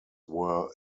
were